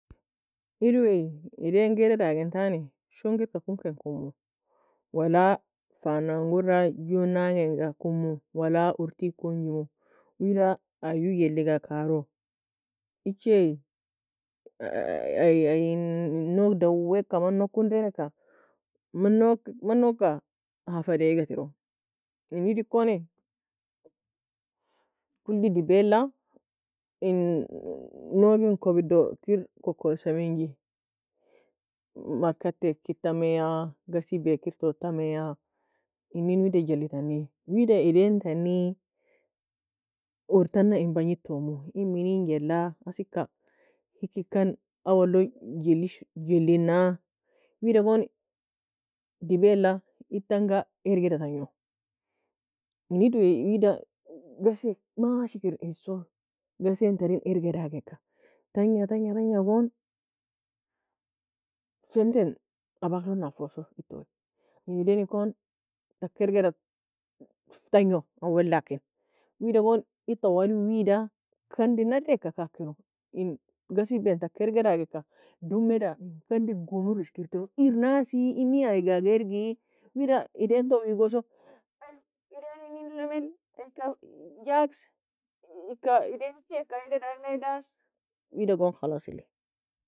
Ede wae edainga eada dagintani shongirka konkekumu, wala fanangoura ju nangi ga kumu, wala urtiga konjimou, wida aa ju jelliga karu, echaie aye in nouge dawika mano konraineka, man nouge man nougeka, hafade igatiro, in edi koni كل dibbeala in nougel kubiddo kir kokosa menji, mrkuatti kitameya, ghasie kir totamya, inin wida jelli tani, wida edian tani urrtana in bagnid tomu, in minin jella asika hikikan awalog jelli sh- jellinna, wida gon dibbeala edtanga ergeda tagnu, in ede we wida ghasie mashi kir hiso ghasien tren ergidageka, tagna tagna gon, fentean abaklog nafoso edtoe, in edainikon taka ergida tagnue owellakin, wida gon ede twali wida kandi narieka kagkeno, in gahsibe taka ergedagika dumeda kandiga gumur iskir tero, ir nasi? Imi ayga aag ergi? Wida edien tou weagoso ay edien ennile mel ay ika jags eka edain echieka edadagny das, wida gon khalasilli.